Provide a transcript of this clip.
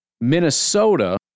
Minnesota